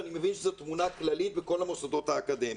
ואני מבין שזאת תמונה כללית בכל המוסדות האקדמיים,